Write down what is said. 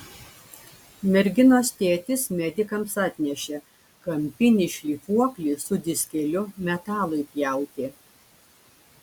merginos tėtis medikams atnešė kampinį šlifuoklį su diskeliu metalui pjauti